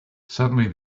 suddenly